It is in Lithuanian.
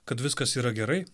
kad viskas yra gerai